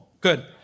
good